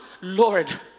Lord